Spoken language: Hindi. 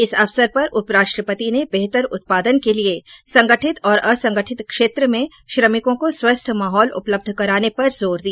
इस अवसर पर उपराष्ट्रपति ने बेहतर उत्पादन के लिए संगठित और असंगठित क्षेत्र में श्रमिकों को स्वस्थ माहौल उपलब्ध कराने पर जोर दिया